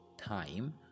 time